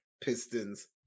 Pistons